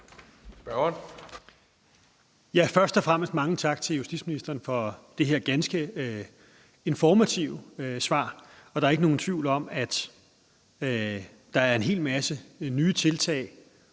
(S): Først og fremmest mange tak til justitsministeren for det her ganske informative svar. Der er ikke nogen tvivl om, at der er en hel masse nye tiltag